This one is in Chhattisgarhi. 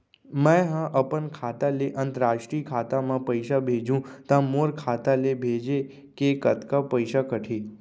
मै ह अपन खाता ले, अंतरराष्ट्रीय खाता मा पइसा भेजहु त मोर खाता ले, भेजे के कतका पइसा कटही?